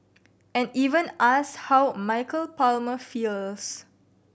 and even ask how Michael Palmer feels